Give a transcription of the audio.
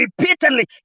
repeatedly